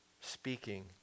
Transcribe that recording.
speaking